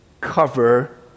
cover